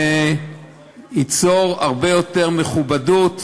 וייצור הרבה יותר מכובדות